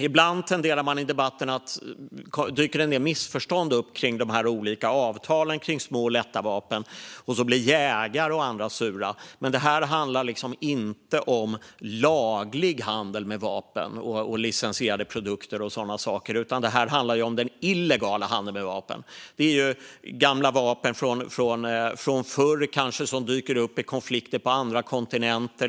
Ibland tenderar det att dyka upp en del missförstånd i debatten om de olika avtalen om små och lätta vapen, och jägare och andra blir sura. Men det här handlar inte om laglig handel med vapen, licensierade produkter och sådana saker, utan det här handlar om den illegala handeln med vapen. Det är gamla vapen från förr som dyker upp, kanske från konflikter på andra kontinenter.